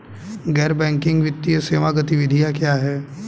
गैर बैंकिंग वित्तीय सेवा गतिविधियाँ क्या हैं?